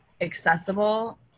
accessible